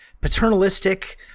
paternalistic